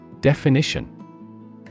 Definition